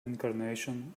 incarnation